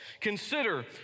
Consider